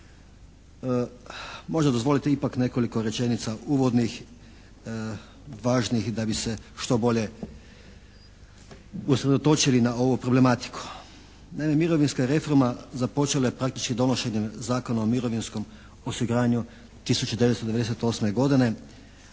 Možda dozvolite ipak nekoliko rečenica uvodnih, važnih da bi se što bolje usredotočili na ovu problematiku. Naime, mirovinska je reforma započela je praktički donošenjem Zakona o mirovinskom osiguranju 1998. godine,